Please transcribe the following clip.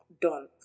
done